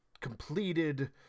completed